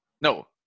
no